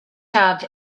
have